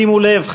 שימו לב,